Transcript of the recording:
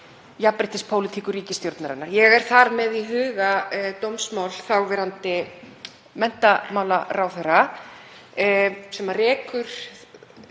jafnréttispólitíkur ríkisstjórnarinnar. Ég er þar með í huga dómsmál þáverandi menntamálaráðherra sem rekur